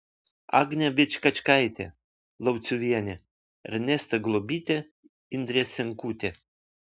agnė vičkačkaitė lauciuvienė ernesta globytė indrė senkutė